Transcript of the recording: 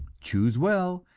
choose well,